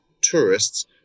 tourists